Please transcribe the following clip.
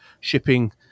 shipping